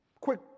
quick